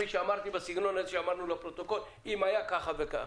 אם היה כך וכך,